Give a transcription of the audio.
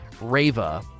Rava